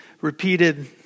repeated